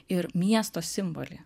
ir miesto simbolį